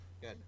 Good